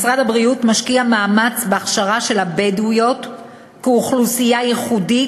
משרד הבריאות משקיע מאמץ בהכשרה של הבדואיות כאוכלוסייה ייחודית,